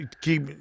keep